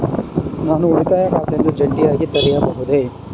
ನಾನು ಉಳಿತಾಯ ಖಾತೆಯನ್ನು ಜಂಟಿಯಾಗಿ ತೆರೆಯಬಹುದೇ?